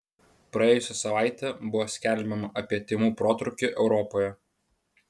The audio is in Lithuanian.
praėjusią savaitę buvo skelbiama apie tymų protrūkį europoje